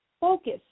focus